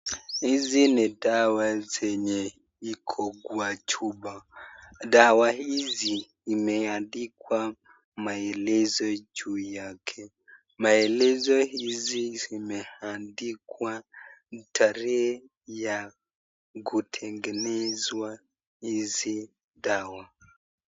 Hizi ni dawa zenye ziko kwa chupa. Dawa hizi zimeandikwa maelezo juu yake. Maelezo hizi zimeandikwa tarehe ya kutengenezwa hii dawa.